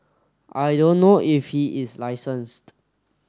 I don't know if he is licenced